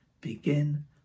begin